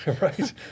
Right